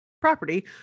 property